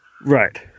Right